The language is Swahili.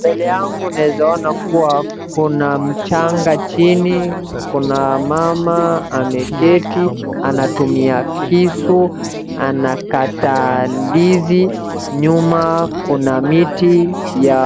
Mbele yangu naweza ona kuwa kuna mchanga chini, kuna mama ameketi anatumia kisu anakata ndizi. Nyuma kuna miti ya